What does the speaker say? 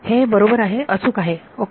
हे बरोबर आहे अचूक आहे ओके